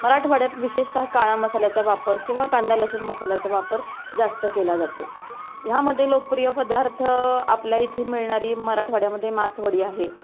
मराठवाड्यात विशेषतः काळा मसाल्याचा वापर किंवा कांदा लसूण मसाल्याचा वापर जास्त केला जातो ह्यामध्ये लोकप्रिय पदार्थ आपल्या इथे मिळणारी मराठवाड्यामध्ये मासवडी आहे